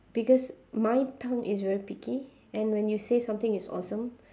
because my tongue is very picky and when you say something is awesome